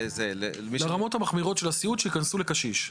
לרמות המחמירות של סיעוד, שעשו לקשיש.